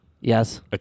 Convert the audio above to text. Yes